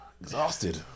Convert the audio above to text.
Exhausted